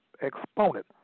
exponent